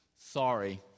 sorry